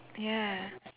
ya